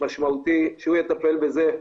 משמעותי שהוא יטפל בזה.